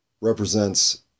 represents